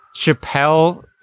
Chappelle